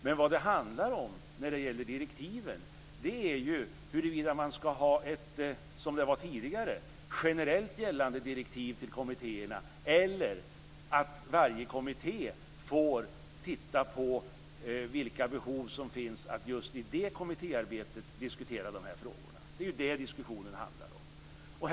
Men vad det handlar om är ju huruvida det skall vara, som det var tidigare, ett generellt gällande direktiv till kommittéerna eller om varje kommitté får se över vilka behov som finns av att just i det kommittéarbetet diskutera dessa frågor. Det är detta diskussionen handlar om.